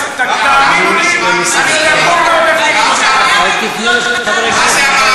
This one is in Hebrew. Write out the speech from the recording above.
תאמינו לי שאני עוד אקום, אנחנו נשמע מספסלי גח"ל?